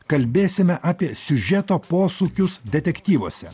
kalbėsime apie siužeto posūkius detektyvuose